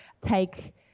take